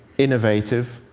innovative,